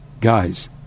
Guys